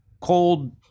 cold